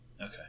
Okay